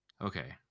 Okay